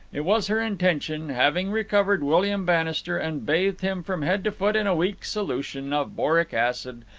it was her intention, having recovered william bannister and bathed him from head to foot in a weak solution of boric acid,